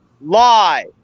lie